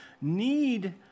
need